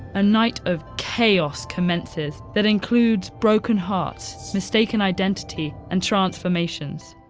a night of chaos commences that includes broken hearts, mistaken identity, and transformations.